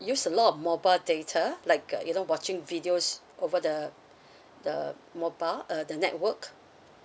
use a lot of mobile data like a you know watching videos over the the mobile uh the network